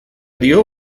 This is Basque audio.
dio